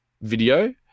video